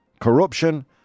corruption